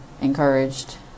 encouraged